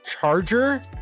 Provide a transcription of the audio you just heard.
charger